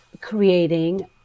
creating